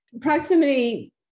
Proximity